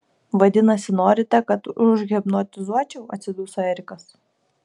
vadinasi norite kad užhipnotizuočiau atsiduso erikas